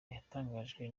yatangajwe